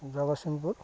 Jagatsinghpur